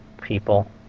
people